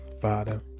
Father